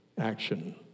action